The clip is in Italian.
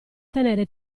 tenere